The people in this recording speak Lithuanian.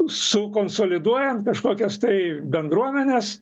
sukonsoliduojant kažkokias tai bendruomenes